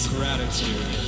Gratitude